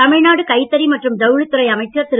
தமிழ்நாடு கைத்தறி மற்றும் ஜவுளித் துறை அமைச்சர் திரு